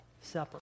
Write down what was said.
supper